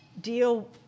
deal